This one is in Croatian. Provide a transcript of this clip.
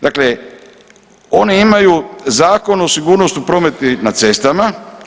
Dakle, oni imaju Zakon o sigurnosti prometa na cestama.